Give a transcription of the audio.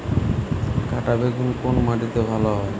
কাঁটা বেগুন কোন মাটিতে ভালো হয়?